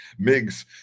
Migs